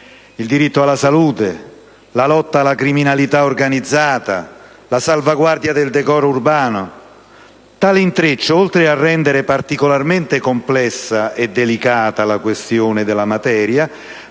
il diritto alla salute, la lotta alla criminalità organizzata, la salvaguardia del decoro urbano. Tale intreccio, oltre a rendere particolarmente complessa e delicata la gestione della materia,